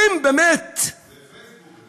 האם באמת, זה פייסבוק אשם.